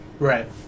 Right